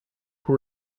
who